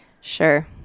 Sure